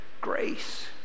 Grace